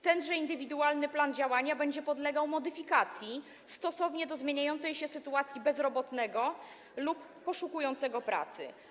Tenże indywidualny plan działania będzie podlegał modyfikacji stosownie do zmieniającej się sytuacji bezrobotnego lub poszukującego pracy.